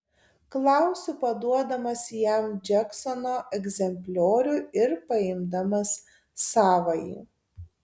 klausiu paduodamas jam džeksono egzempliorių ir paimdamas savąjį